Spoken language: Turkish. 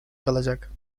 kalacak